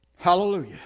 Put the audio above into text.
Hallelujah